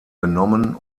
genommen